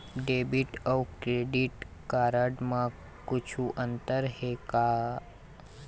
Debit अऊ credit card म कुछू अंतर हे का?